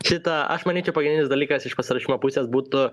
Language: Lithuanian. šitą aš manyčiau pagrindinis dalykas iš pasiruošimo pusės būtų